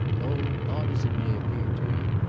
oh, odd as it may appear to you,